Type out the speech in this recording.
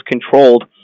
controlled